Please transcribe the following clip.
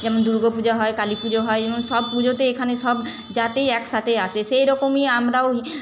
যেমন দুর্গা পূজা হয় কালী পুজো হয় এবং সব পুজোতেই এখানে সব জাতেই একসাথে আসে সেইরকমই আমরাও ওই